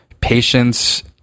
patience